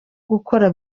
gukora